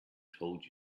told